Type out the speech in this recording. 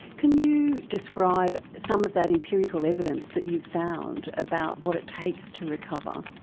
can you describe some of that empirical evidence that you've found about what it takes to recover?